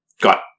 Got